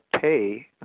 pay